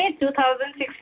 2016